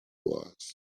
was